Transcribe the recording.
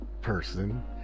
person